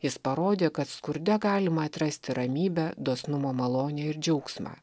jis parodė kad skurde galima atrasti ramybę dosnumo malonę ir džiaugsmą